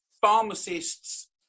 pharmacists